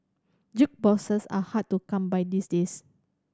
jukeboxes are hard to come by these days